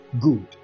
Good